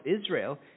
Israel